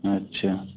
अच्छा